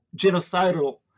genocidal